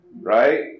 Right